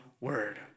word